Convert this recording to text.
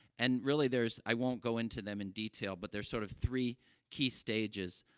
and really there's i won't go into them in detail, but there's, sort of, three key stages,